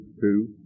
Two